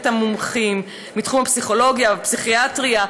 המומחים מתחום הפסיכולוגיה והפסיכיאטריה.